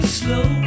slow